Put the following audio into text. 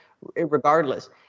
regardless